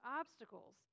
obstacles